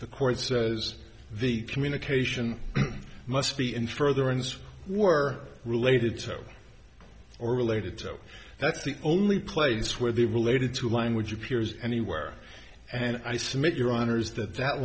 the court says the communication must be in furtherance or related to or related to that's the only place where the related to language appears anywhere and i